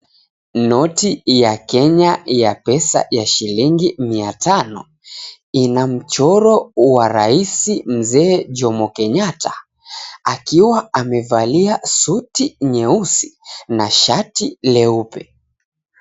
Noti ya Kenya ya pesa ya shillingi mia tano ina mchoro wa Raisi Mzee Jomo Kenyatta akiwa amevalia suti nyeusi na shati leupe.